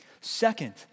Second